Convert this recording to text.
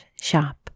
shop